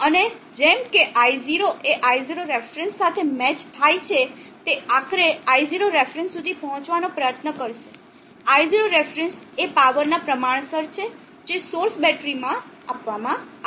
અને જેમ કે i0 એ i0ref સાથે મેચ ખાય છે તે આખરે i0ref સુધી પહોંચવાનો પ્રયત્ન કરશે i0ref એ પાવરના પ્રમાણસર છે જે સોર્સ બેટરી માં આપવામાં આવે છે